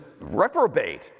reprobate